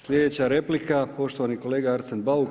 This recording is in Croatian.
Sljedeća replika poštovani kolega Arsen Bauk.